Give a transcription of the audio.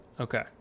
Okay